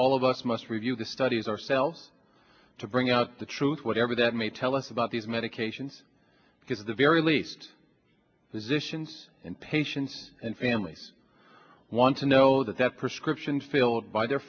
all of us must review the studies ourselves to bring out the truth whatever that may tell us about these medications because at the very least physicians and patients and families want to know that that prescriptions filled by their